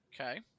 Okay